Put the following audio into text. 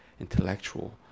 intellectual